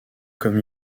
comme